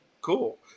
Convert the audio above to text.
cool